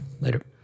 Later